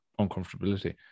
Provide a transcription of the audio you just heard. uncomfortability